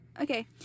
Okay